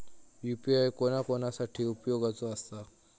UPI कोणा कोणा साठी उपयोगाचा आसा?